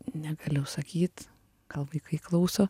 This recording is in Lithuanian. negaliu sakyt gal vaikai klauso